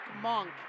Monk